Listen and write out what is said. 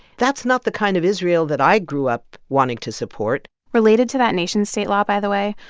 that's not the kind of israel that i grew up wanting to support related to that nation-state law, by the way,